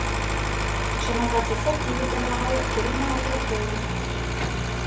šiame procese aktyviai dalyvauja ir neutrofilai